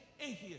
atheist